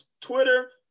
Twitter